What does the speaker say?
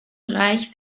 reich